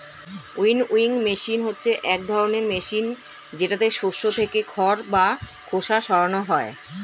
winnowing machine হচ্ছে এক ধরনের মেশিন যেটাতে শস্য থেকে খড় বা খোসা সরানো হয়